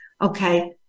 okay